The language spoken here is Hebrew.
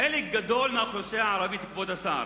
חלק גדול מהאוכלוסייה הערבית, כבוד השר,